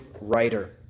writer